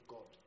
God